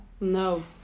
No